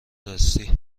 دستی